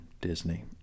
Disney